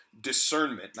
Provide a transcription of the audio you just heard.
discernment